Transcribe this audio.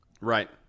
Right